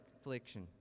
affliction